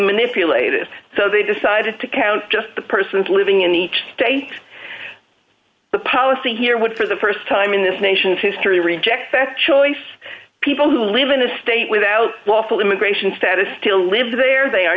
manipulated so they decided to count just the persons living in each state the policy here would for the st time in this nation's history reject that choice people who live in a state without lawful immigration status still live there they are